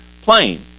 plain